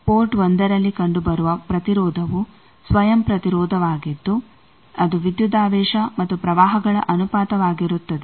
ಆದ್ದರಿಂದ ಪೋರ್ಟ್ 1ರಲ್ಲಿ ಕಂಡುಬರುವ ಪ್ರತಿರೋಧವು ಸ್ವಯಂ ಪ್ರತಿರೋಧವಾಗಿದ್ದು ಅದು ವಿದ್ಯುದಾವೇಶ ಮತ್ತು ಪ್ರವಾಹಗಳ ಅನುಪಾತವಾಗಿರುತ್ತದೆ